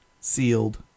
sealed